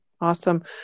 Awesome